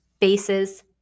bases